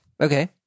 Okay